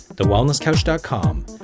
thewellnesscouch.com